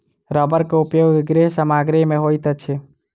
रबड़ के उपयोग गृह सामग्री में होइत अछि